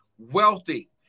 wealthy